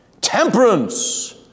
temperance